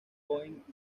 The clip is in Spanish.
point